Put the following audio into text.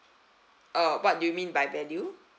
uh what do you mean by value